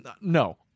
No